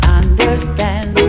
understand